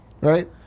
Right